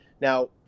Now